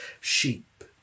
sheep